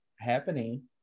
happening